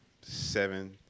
seven